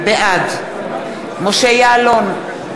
בעד משה יעלון,